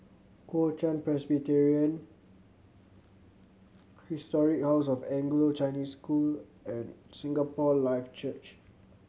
Kuo Chuan Presbyterian Historic House of Anglo Chinese School and Singapore Life Church